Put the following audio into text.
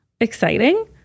exciting